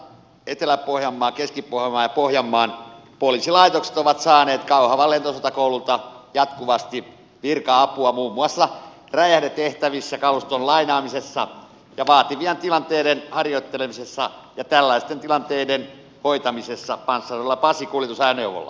muun muassa etelä pohjanmaan keski pohjanmaan ja pohjanmaan poliisilaitokset ovat saaneet kauhavan lentosotakoululta jatkuvasti virka apua muun muassa räjähdetehtävissä kaluston lainaamisessa ja vaativien tilanteiden harjoittelemisessa ja tällaisten tilanteiden hoitamisessa panssaroidulla pasi kuljetusajoneuvolla